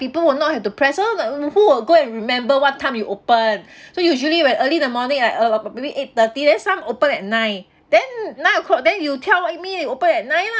people will not have to press orh like who will go and remember what time you open so usually when early the morning like uh maybe eight thirty then some open at nine then nine o'clock then you tell me you open at nine lah